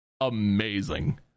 amazing